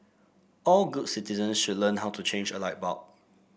all good citizens should learn how to change a light bulb